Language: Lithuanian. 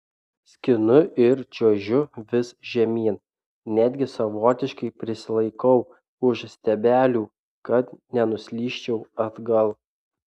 skinu ir čiuožiu vis žemyn netgi savotiškai prisilaikau už stiebelių kad nenuslysčiau atgal